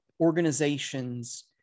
organizations